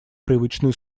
привычную